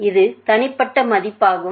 இது தனிப்பட்ட மதிப்பாகும்